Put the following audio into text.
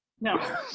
No